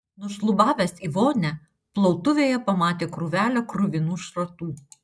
nušlubavęs į vonią plautuvėje pamatė krūvelę kruvinų šratų